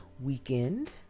weekend